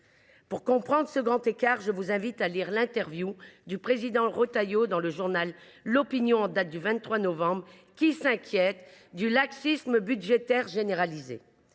Pour comprendre ce grand écart, je vous invite à lire l’interview du président Retailleau dans le journal en date du 23 novembre dernier, qui s’inquiète du « laxisme budgétaire généralisé